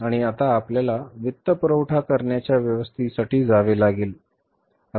आणि आता आपल्याला वित्तपुरवठा करण्याच्या व्यवस्थेसाठी जावे लागेल